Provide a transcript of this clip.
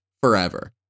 forever